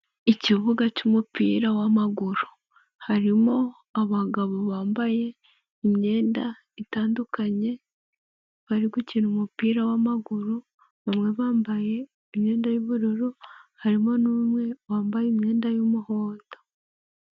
Ikibuga cy'umupira w'amaguru harimo abagabo bambaye imyenda itandukanye bari gukina umupira w'amaguru bamwe bambaye imyenda y'ubururu harimo n'umwe wambaye imyenda y'umuhondo.